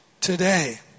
today